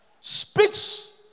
speaks